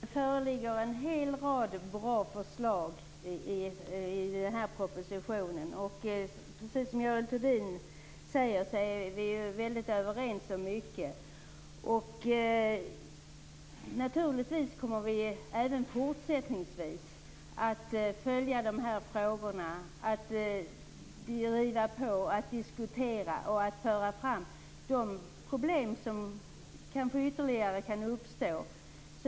Herr talman! Det föreligger en hel rad bra förslag i den här propositionen. Precis som Görel Thurdin säger är vi också överens om mycket. Naturligtvis kommer vi även fortsättningsvis att följa de här frågorna. Vi kommer att driva på, diskutera och föra fram de ytterligare problem som kanske kan uppstå.